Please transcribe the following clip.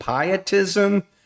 pietism